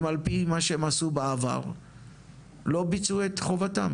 אם על פי מה שהם עשו בעבר לא ביצעו את חובתם,